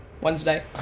Wednesday